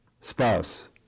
spouse